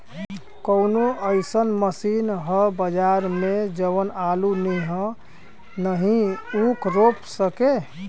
कवनो अइसन मशीन ह बजार में जवन आलू नियनही ऊख रोप सके?